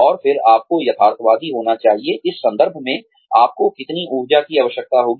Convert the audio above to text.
और फिर आपको यथार्थवादी होना चाहिए इस संदर्भ में आपको कितनी ऊर्जा की आवश्यकता होगी